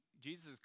Jesus